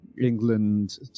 england